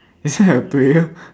isn't that a player